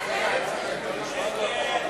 מינוי שר בראש כל משרד),